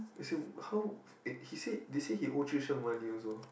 as in how he say they say he owe one year also